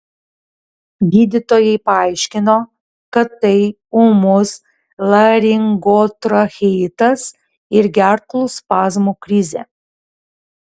gydytojai paaiškino kad tai ūmus laringotracheitas ir gerklų spazmų krizė